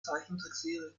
zeichentrickserie